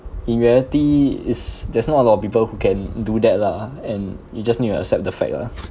in reality is there's not a lot of people who can do that lah and you just need to accept the fact ah